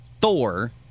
Thor